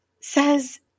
says